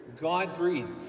God-breathed